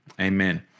Amen